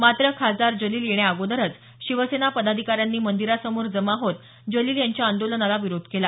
मात्र खासदार जलील येण्या अगोदरच शिवसेना पदाधिकाऱ्यांनी मंदिरासमोर जमा होत जलील यांच्या आंदोलनाला विरोध केला